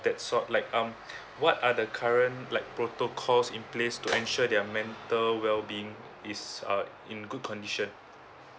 that sort like um what are the current like protocols in place to ensure their mental well being is uh in good condition